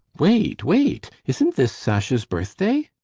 wait! wait! isn't this sasha's birthday?